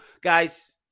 Guys